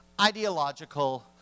ideological